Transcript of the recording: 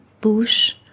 bush